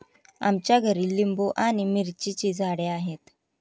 आमच्या घरी लिंबू आणि मिरचीची झाडे आहेत